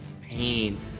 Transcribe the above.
pain